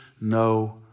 no